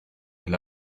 del